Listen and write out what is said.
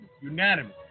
unanimous